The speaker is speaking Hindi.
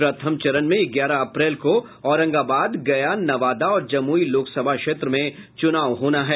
प्रथम चरण ग्यारह अप्रैल को औरंगाबाद गया नवादा और जमूई लोकसभा क्षेत्र में चुनाव होना है